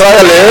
אני אחראי להם?